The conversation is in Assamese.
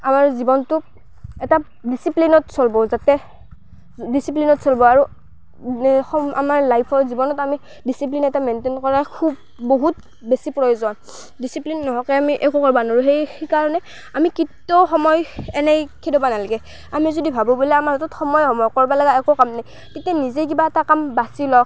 আমাৰ জীৱনটো এটা ডিছিপ্লিনত চলিব যাতে ডিছিপ্লিনত চলিব আৰু হম আমাৰ লাইফত জীৱনত আমি ডিছিপ্লিন এটা মেইনটেইন কৰা খুব বহুত বেছি প্ৰয়োজন ডিছিপ্লিন নোহোৱাকৈ আমি একো কৰিব নোৱাৰোঁ সেইকাৰণে আমি কেতিয়াও সময় এনেই খেদাব নালগে আমি যদি ভাবোঁ বোলে আমাৰ হাতত সময়ে সময়ে কৰিব লগা একো কাম নাই তেতিয়া নিজেই কিবা এটা কাম বাছি ল